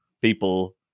people